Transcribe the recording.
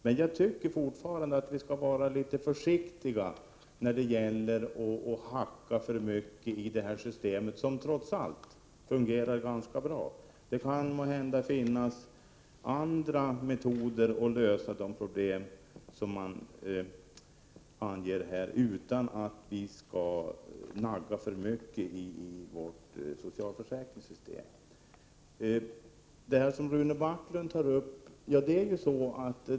Men jag tycker fortfarande att vi skall vara litet försiktiga med att hacka för 23 november 1988 mycket i detta system, som trots allt fungerar ganska bra. Det kan måhända finnas andra metoder att lösa de problem som anges här, utan att nagga för mycket i vårt socialförsäkringssystem.